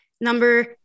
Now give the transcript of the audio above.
Number